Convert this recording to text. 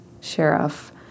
sheriff